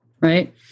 Right